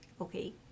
Okay